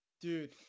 Dude